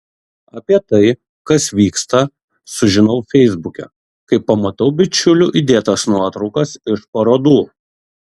apie tai kas vyksta sužinau feisbuke kai pamatau bičiulių įdėtas nuotraukas iš parodų